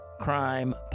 crime